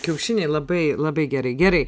kiaušiniai labai labai gerai gerai